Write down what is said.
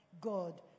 God